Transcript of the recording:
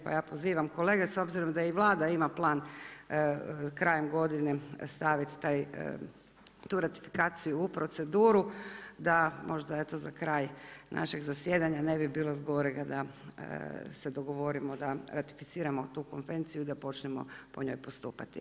Pa ja pozivam kolege, s obzirom da i Vlada ima plan krajem godine staviti tu ratifikaciju u proceduru da možda eto za kraj našeg zasjedanja ne bi bilo zgorega da se dogovorimo da ratificiramo tu konvenciju i da počnemo po njoj postupati.